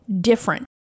different